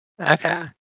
Okay